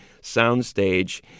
soundstage